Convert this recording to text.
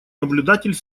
наблюдатель